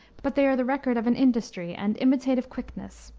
but they are the record of an industry and imitative quickness,